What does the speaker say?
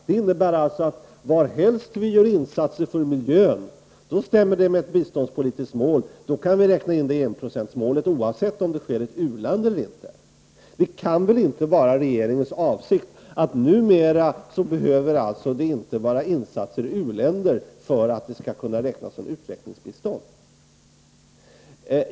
Det innebär att var vi än gör insatser för miljön så stämmer det med ett biståndspolitiskt mål och då kan vi räkna in det i enprocentsmålet. Detta gäller således oavsett om det sker i ett u-land eller inte. Det kan väl inte vara regeringens avsikt att det numera inte behöver röra sig om insatser i u-länder för att det skall kunna räknas som utvecklingsbistånd?